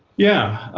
yeah,